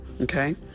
Okay